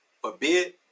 forbid